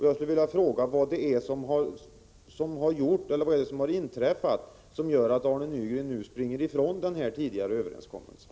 Jag skulle vilja fråga vad som har inträffat och som gör att Arne Nygren nu springer ifrån den tidigare överenskommelsen.